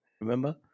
Remember